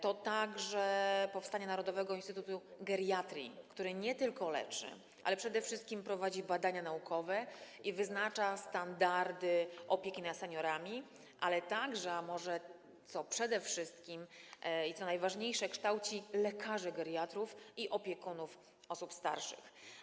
To również powstanie narodowego instytutu geriatrii, który nie tylko leczy, ale przede wszystkim prowadzi badania naukowe i wyznacza standardy opieki nad seniorami, a także, a może przede wszystkim, co najważniejsze, kształci lekarzy geriatrów i opiekunów osób starszych.